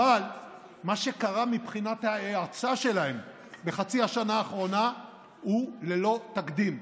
אבל מה שקרה מבחינת ההאצה שלהם בחצי השנה האחרונה הוא ללא תקדים.